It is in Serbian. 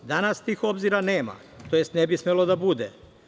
Danas tih obzira nema, tj. ne bi smelo da bude.